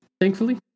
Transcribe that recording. thankfully